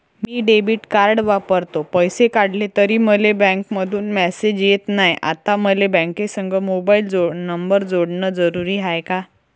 मी debit card वापरतो, पैसे काढले तरी मले बँकेमंधून मेसेज येत नाय, आता मले बँकेसंग मोबाईल नंबर जोडन जरुरीच हाय का?